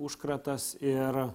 užkratas ir